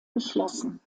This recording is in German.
geschlossen